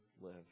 live